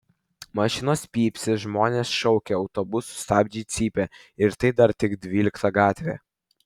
mašinos pypsi žmonės šaukia autobusų stabdžiai cypia ir tai dar tik dvylikta gatvė